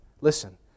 listen